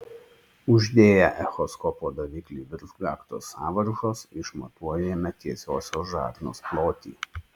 uždėję echoskopo daviklį virš gaktos sąvaržos išmatuojame tiesiosios žarnos plotį